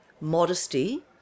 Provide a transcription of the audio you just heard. modesty